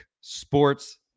Sports